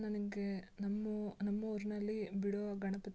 ನನಗೇ ನಮ್ಮೂ ನಮ್ಮೂರಿನಲ್ಲಿ ಬಿಡೋ ಗಣಪತಿ